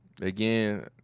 Again